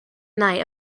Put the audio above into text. night